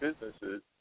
businesses